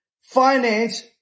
finance